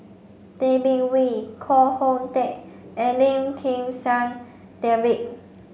Tay Bin Wee Koh Hoon Teck and Lim Kim San David